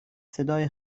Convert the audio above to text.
صدای